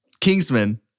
Kingsman